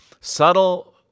subtle